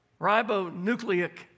ribonucleic